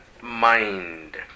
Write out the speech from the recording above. mind